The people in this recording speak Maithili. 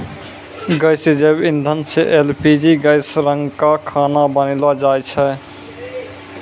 गैसीय जैव इंधन सँ एल.पी.जी गैस रंका खाना बनैलो जाय छै?